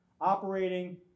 Operating